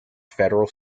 federal